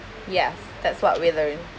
yes that's what we learn